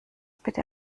bitte